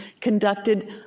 conducted